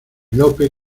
lope